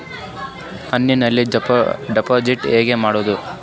ಆನ್ಲೈನ್ನಲ್ಲಿ ಡೆಪಾಜಿಟ್ ಹೆಂಗ್ ಮಾಡುದು?